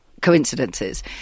coincidences